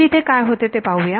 तर येथे काय होते ते पाहूया